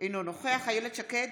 אינו נוכח אילת שקד,